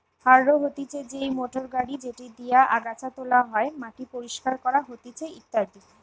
harrow হতিছে সেই motor গাড়ি যেটি দিয়া আগাছা তোলা হয়, মাটি পরিষ্কার করা হতিছে ইত্যাদি